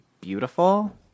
beautiful